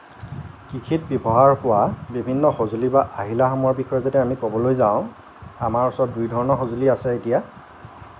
কৃষিত ব্যৱহাৰ হোৱা বিভিন্ন সঁজুলি বা আহিলাসমূহৰ বিষয়ে যদি আমি ক'বলৈ যাওঁ আমাৰ ওচৰত দুই ধৰণৰ সঁজুলি আছে এতিয়া